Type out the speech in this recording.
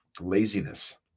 laziness